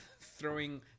throwing